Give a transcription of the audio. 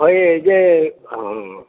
ହଏ ଯେ ହଁ